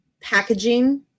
packaging